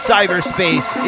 Cyberspace